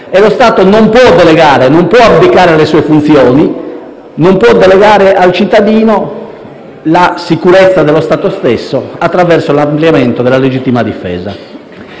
allo Stato, che non può abdicare alle sue funzioni, non può delegare al cittadino la sicurezza dello Stato stesso attraverso l'ampliamento della legittima difesa.